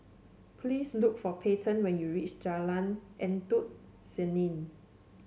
please look for Payten when you reach Jalan Endut Senin